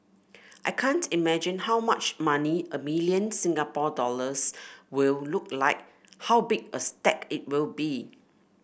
I can't imagine how much money a million Singapore dollars will look like how big a stack it will be